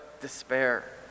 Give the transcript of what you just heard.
despair